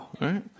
right